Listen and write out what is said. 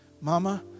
Mama